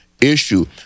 issue